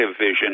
vision